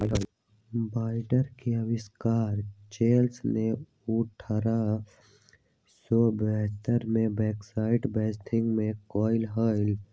binder के आविष्कार Charles ने अठारह सौ बहत्तर में बैक्सटर विथिंगटन में कइले हल